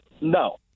No